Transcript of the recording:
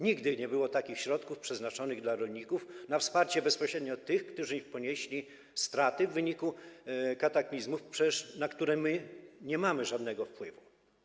Nigdy nie było takich środków przeznaczonych dla rolników na wsparcie bezpośrednio tych, którzy ponieśli straty w wyniku kataklizmów, na które nie mamy żadnego wpływu.